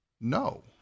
No